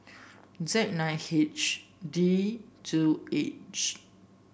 Z nine D two H